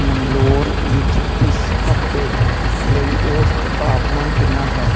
ਮੰਗਲੌਰ ਵਿੱਚ ਇਸ ਹਫ਼ਤੇ ਲਈ ਔਸਤ ਤਾਪਮਾਨ ਕਿੰਨਾ ਹੈ